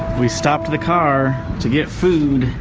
we stopped the car. to get food.